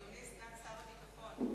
אדוני סגן שר הביטחון.